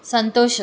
ಸಂತೋಷ